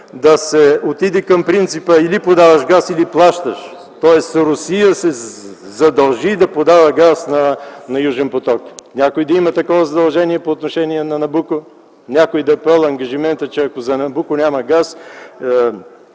да се отиде към принципа „или подаваш газ, или плащаш”, тоест Русия се задължи да подава газ на „Южен поток”. Някой да има такова задължение по отношение на „Набуко”? Някой да е поел ангажимента, че ако за „Набуко” няма газ,